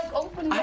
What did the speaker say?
open